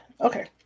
Okay